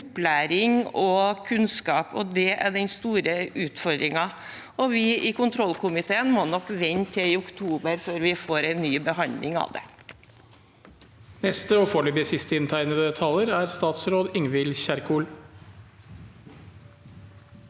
opplæring og kunnskap, og det er den store utfordringen. Vi i kontrollkomiteen må nok vente til oktober før vi får en ny behandling av det.